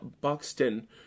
Buxton